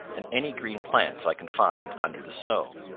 and any green plants i can find under the snow.